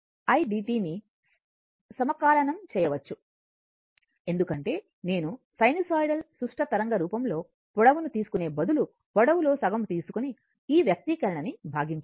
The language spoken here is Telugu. కాబట్టి 0 నుండి T 2 వరకు I dtని సమకాలనం చేయవచ్చు ఎందుకంటే నేను సైనూసోయిడల్ సుష్ట తరంగ రూపంలో పొడవుని తీసుకునే బదులు పొడవు లో సగం తీసుకోని ఈ వ్యక్తీకరణని భాగించాము